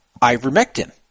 ivermectin